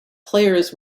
players